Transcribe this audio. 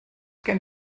gen